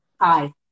Hi